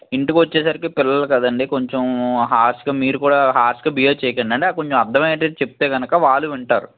ఇంటికొచ్చేసరికి పిల్లలు కదండి కొంచెం హార్ష్గా మీరు కూడా హార్ష్గా బిహేవ్ చేయకండి అంటే కొంచెం అర్దమయ్యేటట్టు చెప్తే గనుక వాళ్ళు వింటారు